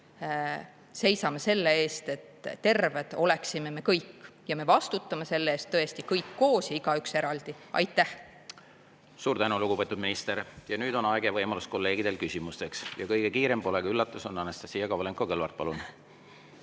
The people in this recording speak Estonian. seisame selle eest, et terved oleksime me kõik. Me vastutame selle eest tõesti kõik koos ja igaüks eraldi. Aitäh! Suur tänu, lugupeetud minister! Nüüd on aeg ja võimalus kolleegidel küsida ja kõige kiirem, polegi üllatus, on Anastassia Kovalenko-Kõlvart. Palun!